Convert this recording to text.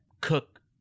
Cook